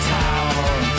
town